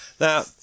Now